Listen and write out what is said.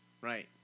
right